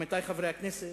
עמיתי חברי הכנסת,